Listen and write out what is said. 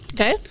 Okay